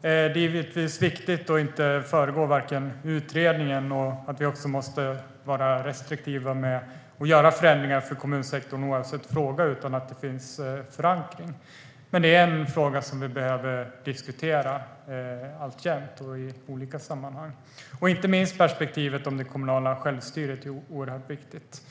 Det är givetvis viktigt att inte föregripa utredningen, och vi måste oavsett fråga vara restriktiva med att göra förändringar för kommunsektorn utan att det finns förankring. Men det är en fråga som vi alltjämt behöver diskutera i olika sammanhang - inte minst perspektivet om det kommunala självstyret, som är oerhört viktigt.